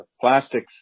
plastics